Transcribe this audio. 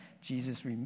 Jesus